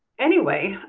anyway,